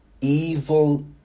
evil